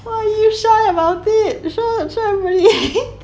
why are you shy about it show show everybody